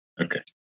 Okay